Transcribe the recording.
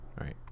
right